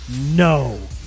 no